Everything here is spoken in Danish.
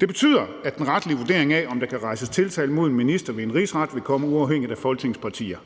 Det betyder, at den retlige vurdering af, om der kan rejses tiltale mod en minister ved en rigsret, vil komme uafhængigt af Folketingets partier.